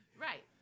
Right